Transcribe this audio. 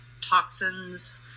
toxins